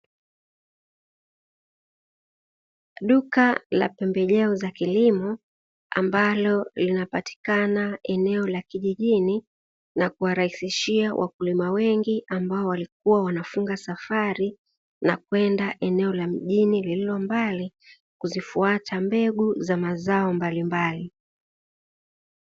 Duka la pembejeo za kilimo ambalo linapatikana eneo la kijijini na kuwarahisishia wakulima wengi, ambao walikuwa wanafunga safari na kwenda eneo la mbali kuzifuata mbegu za mazao mbalimbali.